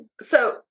So-